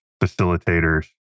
facilitators